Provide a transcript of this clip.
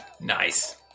Nice